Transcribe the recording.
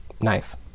knife